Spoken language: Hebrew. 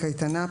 קייטנה,